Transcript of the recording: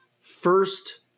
first